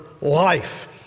life